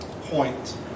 point